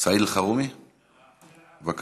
סעיד אלחרומי, בבקשה,